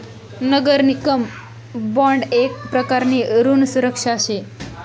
नगर निगम बॉन्ड येक प्रकारनी ऋण सुरक्षा शे